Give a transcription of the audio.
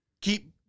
keep